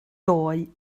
doe